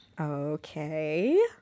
Okay